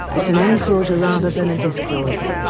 it's an enclosure rather than a disclosure,